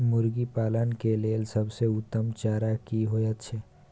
मुर्गी पालन के लेल सबसे उत्तम चारा की होयत छै?